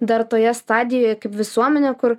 dar toje stadijoj kaip visuomenė kur